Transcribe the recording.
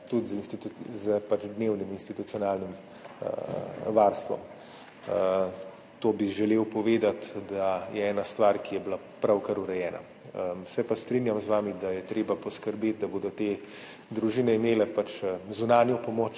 tudi z dnevnim institucionalnim varstvom. To bi želel povedati, da je ena stvar, ki je bila pravkar urejena. Se pa strinjam z vami, da je treba poskrbeti, da bodo te družine imele zunanjo pomoč,